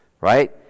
right